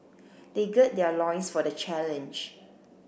they gird their loins for the challenge